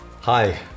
Hi